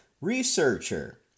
researcher